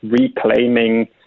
reclaiming